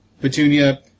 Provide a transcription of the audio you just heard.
Petunia